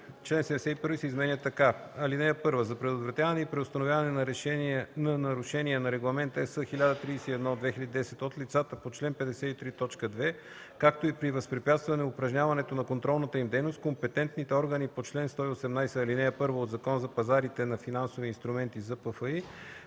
„Член 71 се изменя така: „(1) За предотвратяване и преустановяване на нарушения на Регламент (ЕС) № 1031/2010 от лицата по чл. 53, т. 2, както и при възпрепятстване упражняването на контролната им дейност компетентните органи по чл. 118, ал. 1 от Закона за пазарите за финансови инструменти (ЗПФИ)